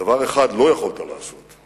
דבר אחד לא יכולת לעשות: